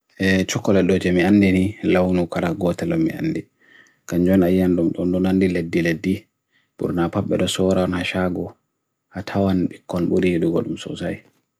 Kangaroo ɓe nafoore, waɗi ndiyanji lestar-golti e saareje ndiyam ha Australia. Eyi, lestarji lestar-golti heɓi sooya e nder hokka baydi e suufere ngal. Kangaroo ɓe waɗi ɓurndi nefoore.